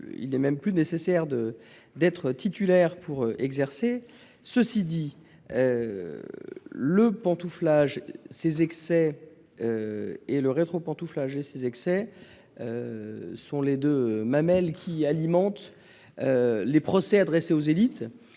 il n'est même plus nécessaire d'être titulaire pour exercer. Cela étant dit, le pantouflage, le rétropantouflage et leurs excès sont les mamelles qui alimentent les procès faits aux élites,